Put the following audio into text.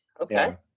Okay